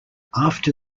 after